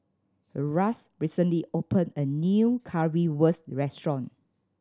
Ras recently opened a new Currywurst restaurant